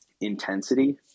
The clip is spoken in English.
intensity